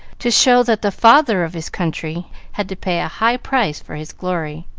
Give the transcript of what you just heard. to show that the father of his country had to pay a high price for his glory.